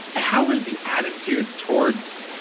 how has the attitude towards,